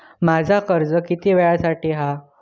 माझा कर्ज किती वेळासाठी हा?